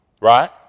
Right